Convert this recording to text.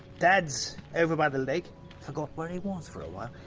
dad's over by the lake forgot where he was for a while,